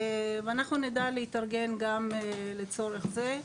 ואנחנו נדע להתארגן גם לצורך זה.